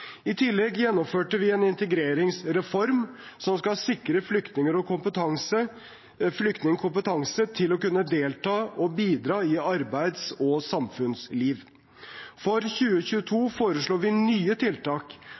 I tillegg gjennomførte vi en integreringsreform som skal sikre flyktninger kompetanse til å kunne delta og bidra i arbeids- og samfunnsliv. For 2022 foreslo vi nye tiltak